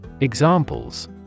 Examples